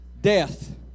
death